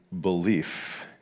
belief